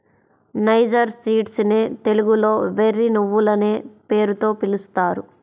niger seeds నే తెలుగులో వెర్రి నువ్వులనే పేరుతో పిలుస్తారు